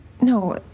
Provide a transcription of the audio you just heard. No